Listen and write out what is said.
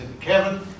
Kevin